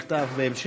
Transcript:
או לענות בכתב בהמשך,